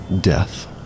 death